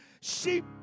sheep